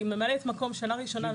היא ממלאת מקום שנה ראשונה,